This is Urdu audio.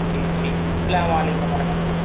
جی ٹھیک السلام علیکم ورحمۃ اللہ